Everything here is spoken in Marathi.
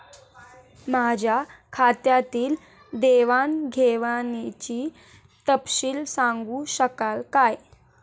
माझ्या खात्यातील देवाणघेवाणीचा तपशील सांगू शकाल काय?